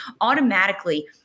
automatically